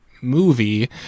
movie